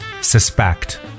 suspect